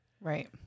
Right